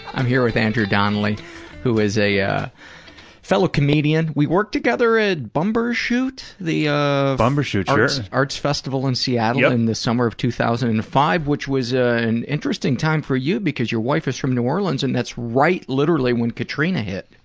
i'm here with andrew donnelly who is a ah fellow comedian. we worked together at bumbershoot, the ah but arts festival in seattle in the summer of two thousand and five, which was ah an interesting time for you because your wife is from new orleans and that's right literally when katrina hit.